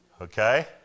Okay